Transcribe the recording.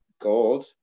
gold